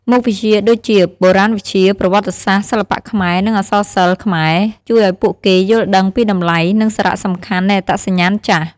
មុខវិជ្ជាដូចជា បុរាណវិទ្យា ប្រវត្តិសាស្ត្រ សិល្បៈខ្មែរ និងអក្សរសិល្ប៍ខ្មែរ ជួយឱ្យពួកគេយល់ដឹងពីតម្លៃ និងសារៈសំខាន់នៃអត្តសញ្ញាណចាស់។